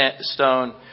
stone